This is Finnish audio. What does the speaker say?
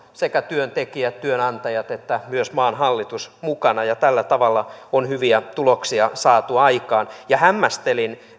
sekä työntekijät työnantajat että myös maan hallitus mukana tällä tavalla on hyviä tuloksia saatu aikaan hämmästelin